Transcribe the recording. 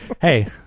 Hey